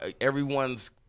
everyone's